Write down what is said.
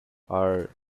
are